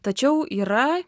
tačiau yra